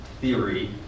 theory